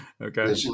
Okay